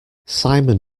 simon